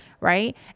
Right